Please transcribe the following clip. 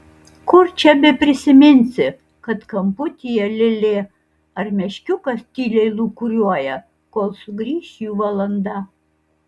kur čia beprisiminsi kad kamputyje lėlė ar meškiukas tyliai lūkuriuoja kol sugrįš jų valanda